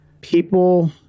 people